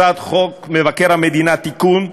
הצעת חוק מבקר המדינה (תיקון,